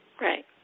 Right